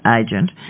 agent